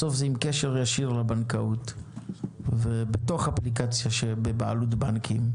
בסוף זה עם קשר ישיר לבנקאות ובתוך אפליקציה שבבעלות בנקים.